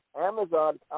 Amazon